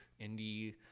indie